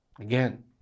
Again